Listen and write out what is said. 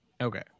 Okay